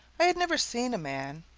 i had never seen a man,